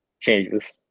changes